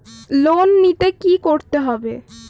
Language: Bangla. লোন নিতে কী করতে হবে?